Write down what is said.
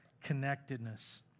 connectedness